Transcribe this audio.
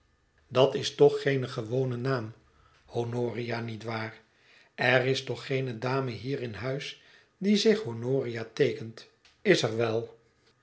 dat is toch geen gewone naam honoria niet waar er is toch geene dame hier in huis die zich honoria teekent is er wel